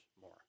more